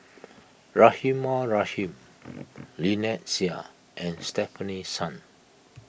Rahimah Rahim Lynnette Seah and Stefanie Sun